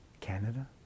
Canada